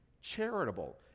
charitable